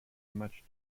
much